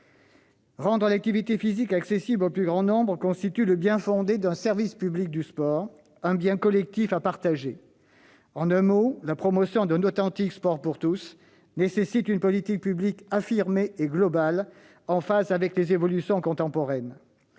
Rendre l'activité physique accessible au plus grand nombre justifie l'existence d'un service public du sport, qui est un bien collectif à partager. En d'autres termes, la promotion d'un authentique sport pour tous nécessite une politique publique affirmée et globale, en phase avec les évolutions contemporaines.